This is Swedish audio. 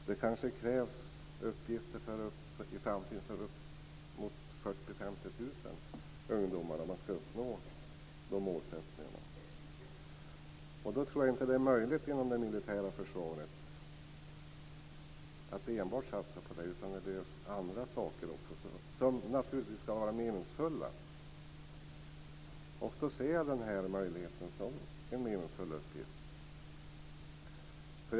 Det krävs i framtiden uppgifter för 40 000-50 000 ungdomar, om man skall uppnå de målsättningarna. Då tror jag inte att det är möjligt att enbart satsa på det militära försvaret. Det behövs andra saker också, som naturligtvis skall vara meningsfulla. Då ser jag denna möjlighet som en meningsfull uppgift.